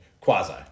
Quasi